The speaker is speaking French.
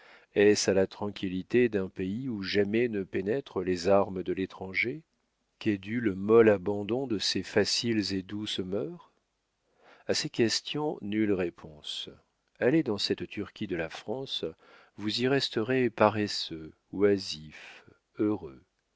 est-ce à la tranquillité d'un pays où jamais ne pénètrent les armes de l'étranger qu'est dû le mol abandon de ces faciles et douces mœurs a ces questions nulle réponse allez dans cette turquie de la france vous y resterez paresseux oisif heureux